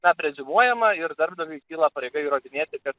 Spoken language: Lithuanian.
na preziumuojama ir darbdaviui kyla pareiga įrodinėti kad